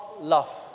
love